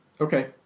Okay